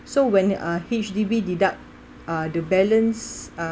so when uh H_D_B deduct uh the balance uh